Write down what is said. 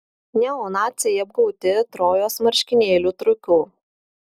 neonaciai apgauti trojos marškinėlių triuku